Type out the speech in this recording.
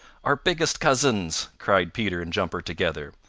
our biggest cousins, cried peter and jumper together.